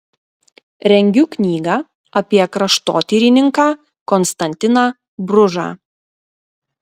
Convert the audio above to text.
rengiu knygą apie kraštotyrininką konstantiną bružą